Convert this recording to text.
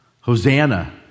Hosanna